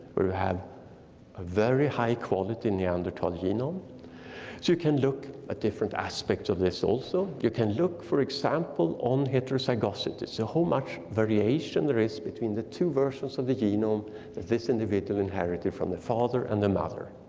we have very high quality neanderthal genome. so you can look at different aspects of this also. you can look for example on heterozygosity. so how much variation there is between the two versions of the genome that this individual inherited from the father and the mother.